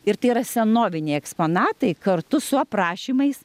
ir tai yra senoviniai eksponatai kartu su aprašymais